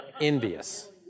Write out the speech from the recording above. envious